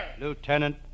Lieutenant